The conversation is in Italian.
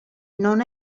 non